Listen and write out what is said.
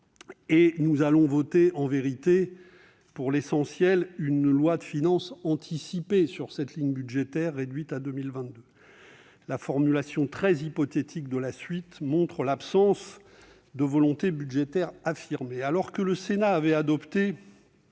Nous allons voter en vérité, pour l'essentiel, une loi de finances anticipée sur une ligne budgétaire réduite à l'année 2022. La formulation très hypothétique de cet article montre l'absence de volonté budgétaire réelle du Gouvernement. Alors que le Sénat avait adopté